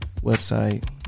website